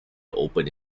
opened